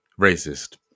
racist